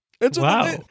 Wow